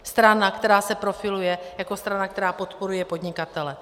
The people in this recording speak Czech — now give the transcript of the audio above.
Strana, která se profiluje jako strana, která podporuje podnikatele.